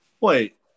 Wait